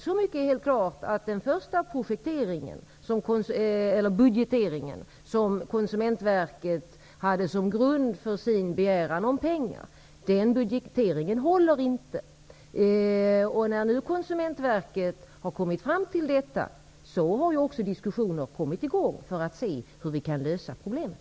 Det är helt klart att den första budgeteringen, som låg till grund för Konsumentverkets begäran om pengar, inte håller. När nu Konsumentverket har kommit fram till detta har diskussioner kommit i gång för att finna en lösning på problemet.